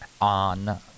on